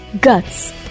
guts